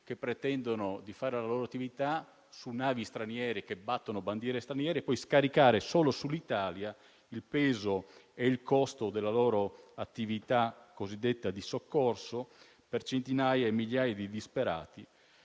che pretendono di svolgere la loro attività su navi straniere, che battono bandiera straniera, per poi scaricare solo sull'Italia il peso e il costo del loro intervento cosiddetto di soccorso per centinaia e migliaia di disperati.